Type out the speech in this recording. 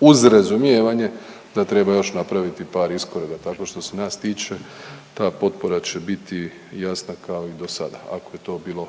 uz razumijevanje da treba napraviti još par iskoraka. Tako što se nas tiče ta potpora će biti jasna kao i do sada, ako je to bilo